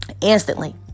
instantly